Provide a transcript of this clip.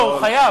חייב.